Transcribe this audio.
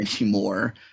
anymore